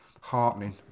heartening